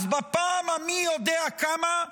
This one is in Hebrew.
אז בפעם המי-יודע-כמה,